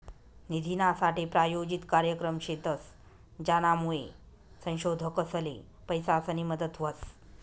निधीनासाठे प्रायोजित कार्यक्रम शेतस, ज्यानामुये संशोधकसले पैसासनी मदत व्हस